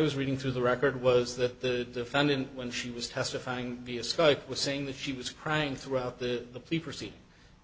was reading through the record was that the defendant when she was testifying via skype was saying that she was crying throughout the plea proceed